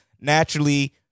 Naturally